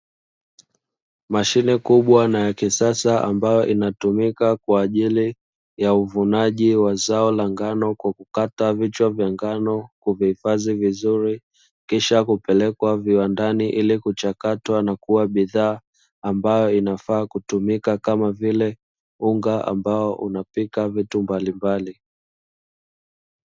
Mashine kubwa na ya kisasa ambayo inatumika kwa ajili ya uvunaji wa zao la ngano kwa kukata vichwa vya ngano, kuhifadhi vizuri, kisha kupelekwa viwandani ili kuchakatwa na kuwa bidhaa ambayo inafaa kutumika kama vile unga ambao unapika vitu mbalimbali.